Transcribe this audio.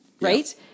Right